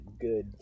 good